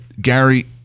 Gary